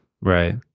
Right